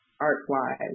art-wise